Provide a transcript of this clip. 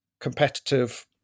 competitive